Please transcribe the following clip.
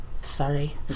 Sorry